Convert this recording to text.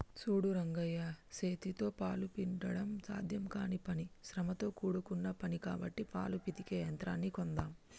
సూడు రంగయ్య సేతితో పాలు పిండడం సాధ్యం కానీ పని శ్రమతో కూడుకున్న పని కాబట్టి పాలు పితికే యంత్రాన్ని కొందామ్